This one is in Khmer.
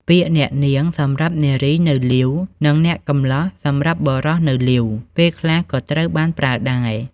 ពាក្យ អ្នកនាង សម្រាប់នារីនៅលីវ និង អ្នកកំលោះ សម្រាប់បុរសនៅលីវ ពេលខ្លះក៏ត្រូវបានប្រើដែរ។